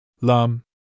Lum